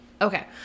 Okay